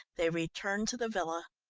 they returned to the villa.